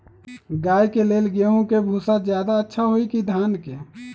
गाय के ले गेंहू के भूसा ज्यादा अच्छा होई की धान के?